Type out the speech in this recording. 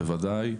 בוודאי.